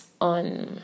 on